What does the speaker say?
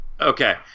Okay